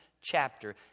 chapter